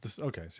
Okay